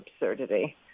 absurdity